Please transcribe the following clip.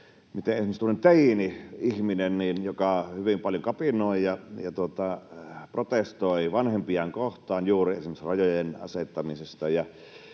esimerkiksi tuommoinen teini-ihminen hyvin paljon kapinoi ja protestoi vanhempiaan kohtaan, juuri esimerkiksi rajojen asettamisesta